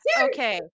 Okay